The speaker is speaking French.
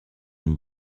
une